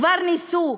כבר ניסו,